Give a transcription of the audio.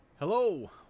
Hello